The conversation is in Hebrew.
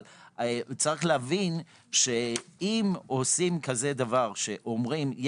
אבל יש להבין, שאם עושים כזה דבר, שאומרים: